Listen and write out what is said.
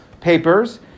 papers